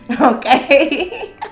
okay